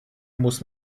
muss